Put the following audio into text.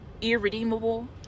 irredeemable